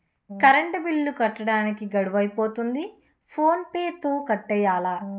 current bill కట్టడానికి గడువు అయిపోతంది ఫోన్ పే తో కట్టియ్యాల